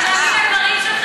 אתה מאמין לדברים שלך?